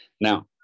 Now